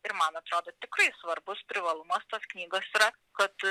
ir man atrodo tikrai svarbus privalumas toks knygos yra kad